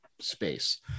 space